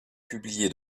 publié